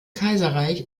kaiserreich